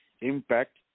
impact